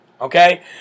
okay